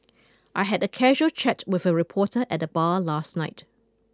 I had a casual chat with a reporter at the bar last night